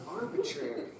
arbitrary